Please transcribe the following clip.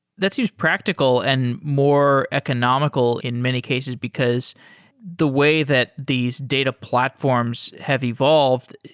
that seems practical and more economical in many cases, because the way that these data platforms have evolved,